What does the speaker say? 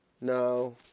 no